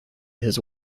his